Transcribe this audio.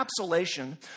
encapsulation